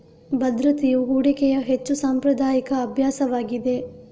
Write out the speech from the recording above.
ಭದ್ರತೆಯು ಹೂಡಿಕೆಯ ಹೆಚ್ಚು ಸಾಂಪ್ರದಾಯಿಕ ಅಭ್ಯಾಸವಾಗಿದೆ